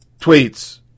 tweets